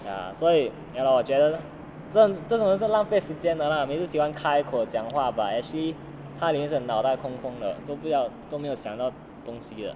ya 所以 ya lor 我觉得这这种人是浪费时间的啦每次喜欢开口讲话:wo jue de zhe zhe zhong ren shi lang fei shi jian de la mei ci huan kai kou jiang hua but actually 他里面脑袋是空空的都不要都没有想到东西的